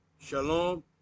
shalom